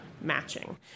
matching